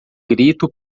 grito